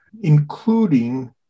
including